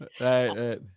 Right